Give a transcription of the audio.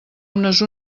unes